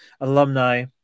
alumni